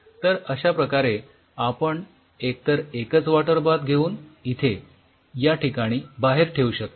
तर अश्याप्रकारे आपण एक तर एकच वॉटर बाथ घेऊन इथे या ठिकाणी बाहेर ठेऊ शकता